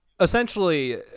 essentially